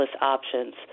options